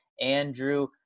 andrew